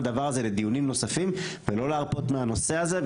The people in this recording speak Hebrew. הדבר הזה לדיונים נוספים ולא להרפות מהנושא הזה,